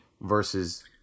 versus